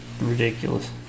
ridiculous